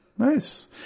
Nice